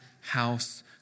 house